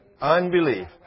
Unbelief